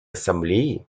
ассамблеи